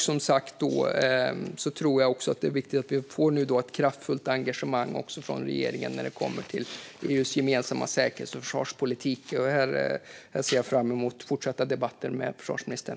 Jag tror också att det är viktigt med ett kraftfullt engagemang från regeringen när det kommer till EU:s gemensamma säkerhets och försvarspolitik. Här ser jag fram emot fortsatta debatter med försvarsministern.